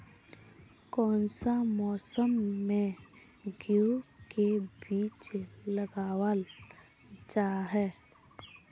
कोन सा मौसम में गेंहू के बीज लगावल जाय है